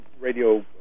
Radio